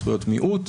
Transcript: זכויות מיעוט.